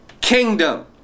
kingdom